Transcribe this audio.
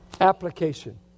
Application